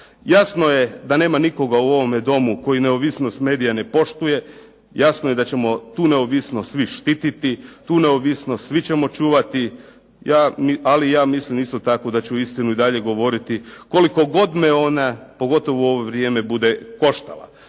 Jasno je da nema nikoga u ovome domu koji neovisnost medija ne poštuje. Jasno je da ćemo tu neovisnost svi štititi, tu neovisnost svi ćemo čuvati ali ja mislim isto tako da ću istinu i dalje govoriti koliko god me ona pogotovo u ovo vrijeme bude koštala.